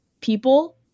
people